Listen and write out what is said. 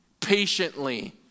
patiently